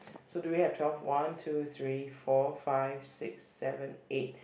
so do we have twelve one two three four five six seven eight